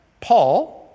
Paul